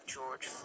George